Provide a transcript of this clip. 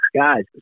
guys